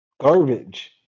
Garbage